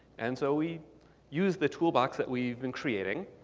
and so we used the tool box that we've been creating